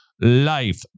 life